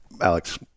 Alex